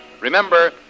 Remember